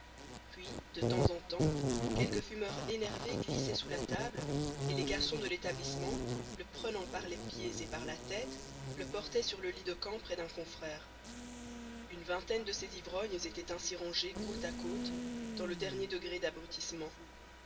puis de temps en temps quelque fumeur énervé glissait sous la table et les garçons de l'établissement le prenant par les pieds et par la tête le portaient sur le lit de camp près d'un confrère une vingtaine de ces ivrognes étaient ainsi rangés côte à côte dans le dernier degré